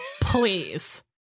please